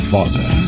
Father